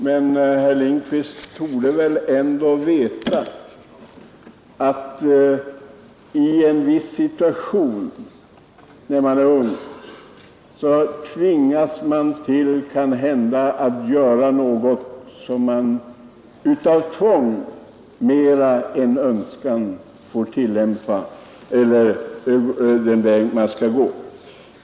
Men herr Lindkvist borde väl ändå veta att man, när man är ung, kanhända i en viss situation mera av tvång än av fri vilja bestämmer sig för den väg man skall gå.